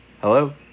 Hello